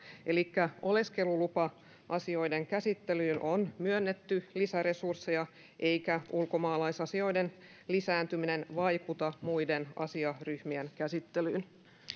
elikkä oleskelulupa asioiden käsittelyyn on myönnetty lisäresursseja eikä ulkomaalaisasioiden lisääntyminen vaikuta muiden asiaryhmien käsittelyyn